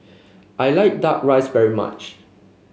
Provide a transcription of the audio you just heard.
I like duck rice very much